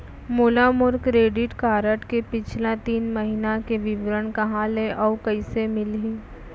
मोला मोर credit card के पिछला तीन महीना के विवरण कहाँ ले अऊ कइसे मिलही?